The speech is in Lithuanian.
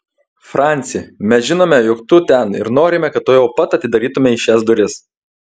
franci mes žinome jog tu ten ir norime kad tuojau pat atidarytumei šias duris